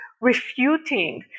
refuting